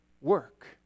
work